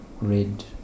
red